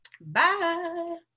Bye